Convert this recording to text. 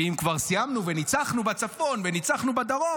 ואם כבר סיימנו וניצחנו בצפון וניצחנו בדרום,